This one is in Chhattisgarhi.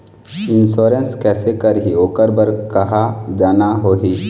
इंश्योरेंस कैसे करही, ओकर बर कहा जाना होही?